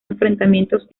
enfrentamientos